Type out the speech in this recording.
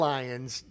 Lions